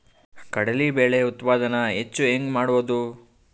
ಕಡಲಿ ಬೇಳೆ ಉತ್ಪಾದನ ಹೆಚ್ಚು ಹೆಂಗ ಮಾಡೊದು?